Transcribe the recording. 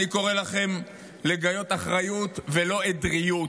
אני קורא לכם לגלות אחריות ולא עדריות.